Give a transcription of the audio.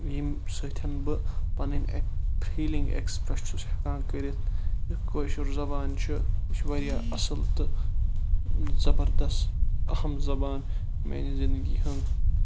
ییٚمہِ سۭتۍ بہٕ پَنٕنۍ فیٖلِنٛگ ایٚکٔسپرٛس چھُس ہیٚکان کٔرِتھ کٲشُر زَبان چھُ یہِ چھُ واریاہ اَصٕل تہٕ زَبردست اَہم زَبان میٛانہِ زِنٛدگی ہٕنٛز